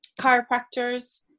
chiropractors